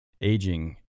aging